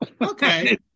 Okay